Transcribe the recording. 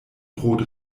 droht